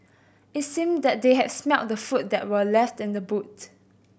it seemed that they had smelt the food that were left in the boot